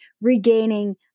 regaining